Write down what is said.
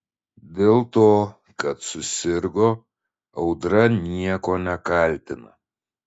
dėl to kad susirgo audra nieko nekaltina